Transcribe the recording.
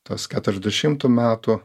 tos keturiasdešimtų metų